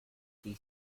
she